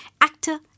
actor